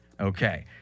Okay